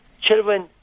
children